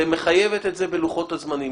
ועוד בחיוב של לוחות זמנים.